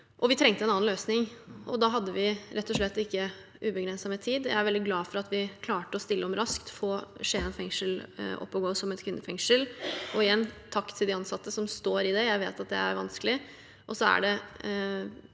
vi trengte en annen løsning. Da hadde vi rett og slett ikke ubegrenset med tid. Jeg er veldig glad for at vi klarte å stille om raskt og få Skien fengsel opp og gå som et kvinnefengsel. Igjen: Takk til de ansatte som står i det. Jeg vet at det er vanskelig.